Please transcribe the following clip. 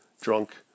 drunk